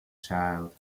child